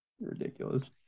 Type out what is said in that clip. Ridiculous